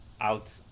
out